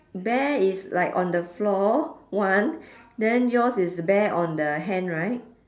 bear is like on the floor one then yours is bear on the hand right